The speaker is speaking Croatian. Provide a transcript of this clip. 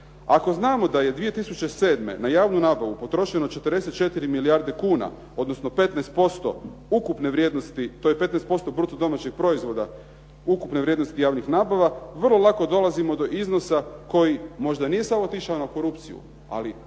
Ako znamo da je 2007. na javnu nabavu potrošeno 44 milijarde kuna, odnosno 15% ukupne vrijednosti to je 15% bruto domaćeg proizvoda ukupne vrijednosti javnih nabava, vrlo lako dolazimo do iznosa koji možda nije samo otišao na korupciju, ali postoji